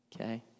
Okay